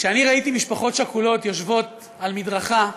כשראיתי משפחות שכולות יושבות על מדרכה,